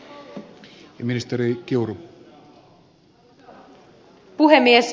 arvoisa puhemies